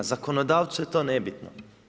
Zakonodavcu je to nebitno.